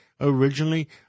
originally